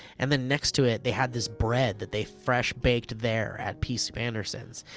and then next to it they had this bread that they fresh baked there at pea soup anderson's.